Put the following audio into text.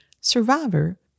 survivor